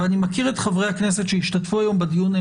אני מכיר את חברי הכנסת שהשתתפו היום בדיון,